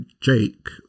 Jake